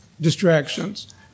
distractions